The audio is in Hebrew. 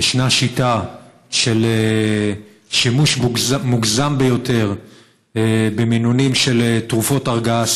ישנה שיטה של שימוש מוגזם ביותר במינונים של תרופות הרגעה,